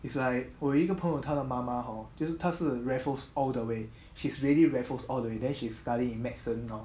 it's like 我有一个朋友他的妈妈 hor 就是他是 raffles all the way she's really raffles all the way then she's studying medicine now